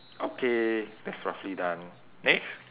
okay that's roughly done next